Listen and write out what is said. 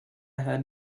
had